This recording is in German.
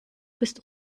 bist